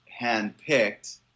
handpicked